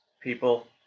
people